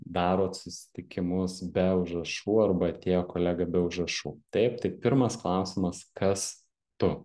darot susitikimus be užrašų arba atėjo kolega be užrašų taip tai pirmas klausimas kas tu